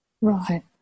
Right